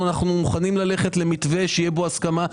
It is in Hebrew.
שאנחנו מוכנים ללכת למתווה שתהיה בו הסכמה,